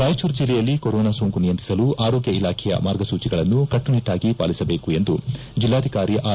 ರಾಯಚೂರು ಜಿಲ್ಲೆಯಲ್ಲಿ ಕೊರೊನಾ ಸೋಂಕು ನಿಯಂತ್ರಿಸಲು ಆರೋಗ್ಯ ಇಲಾಖೆಯ ಮಾರ್ಗಸೂಚಿಗಳನ್ನು ಕಟ್ಟುನಿಟ್ವಾಗಿ ಪಾಲಿಸಬೇಕೆಂದು ಜಿಲ್ಲಾಧಿಕಾರಿ ಆರ್